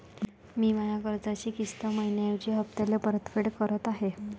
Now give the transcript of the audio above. मी माया कर्जाची किस्त मइन्याऐवजी हप्त्याले परतफेड करत आहे